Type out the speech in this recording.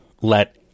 let